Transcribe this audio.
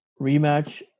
rematch